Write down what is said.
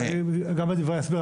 גם בדברי ההסבר,